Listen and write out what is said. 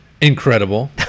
incredible